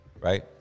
right